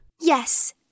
Yes